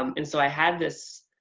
um and so i had this.